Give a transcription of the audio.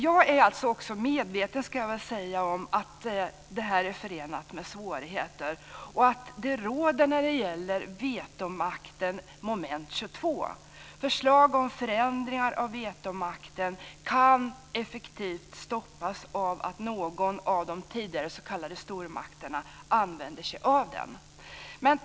Jag är medveten om att det är förenat med svårigheter. När det gäller vetomakten råder Moment 22. Förslag om förändringar av vetomakten kan effektivt stoppas genom att någon av de tidigare s.k. stormakterna använder sig av den.